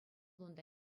унта